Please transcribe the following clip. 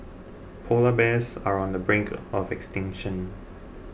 Polar Bears are on the brink of extinction